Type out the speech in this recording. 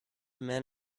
men